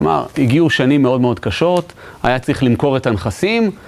כלומר, הגיעו שנים מאוד מאוד קשות, היה צריך למכור את הנכסים.